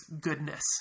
goodness